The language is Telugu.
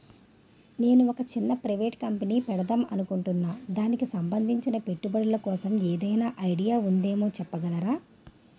నేను ఒక చిన్న ప్రైవేట్ కంపెనీ పెడదాం అనుకుంటున్నా దానికి సంబందించిన పెట్టుబడులు కోసం ఏదైనా ఐడియా ఉందేమో చెప్పగలరా?